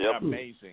Amazing